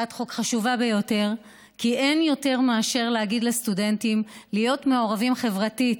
כי אין יותר מאשר להגיד לסטודנטים להיות מעורבים חברתית,